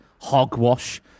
hogwash